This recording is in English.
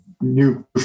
New